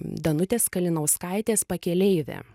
danutės kalinauskaitės pakeleivė